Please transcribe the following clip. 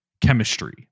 chemistry